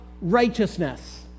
righteousness